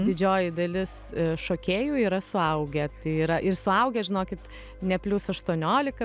didžioji dalis šokėjų yra suaugę yra ir suaugę žinokit ne plius aštuoniolika